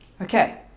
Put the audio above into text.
Okay